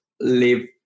live